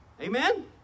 Amen